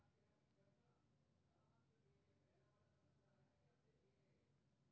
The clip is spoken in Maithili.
प्रत्यक्ष विदेशी निवेश यानी एफ.डी.आई सीमा पार निवेशक प्रक्रिया छियै